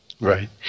Right